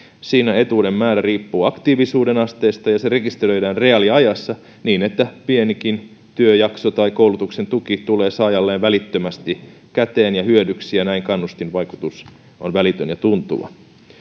siinä etuuden määrä riippuu aktiivisuuden asteesta ja se rekisteröidään reaaliajassa niin että pienikin työjakso tai koulutuksen tuki tulee saajalleen välittömästi käteen ja hyödyksi ja näin kannustinvaikutus on välitön ja tuntuva